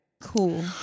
Cool